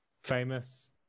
famous